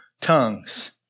tongues